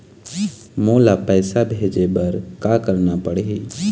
मोला पैसा भेजे बर का करना पड़ही?